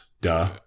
Duh